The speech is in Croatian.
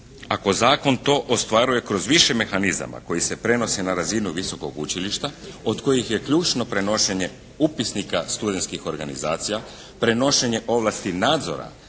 ako zakon to ostvaruje kroz više mehanizama koji se prenose na razinu visokog učilišta od kojih je ključno prenošenje upisnika studentskih organizacija prenošenje ovlasti nadzora